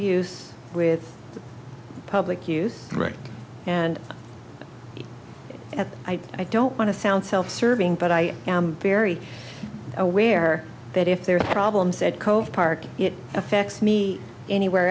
use with public use right and i don't want to sound self serving but i am very aware that if there are problems at cove park it affects me anywhere